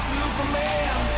Superman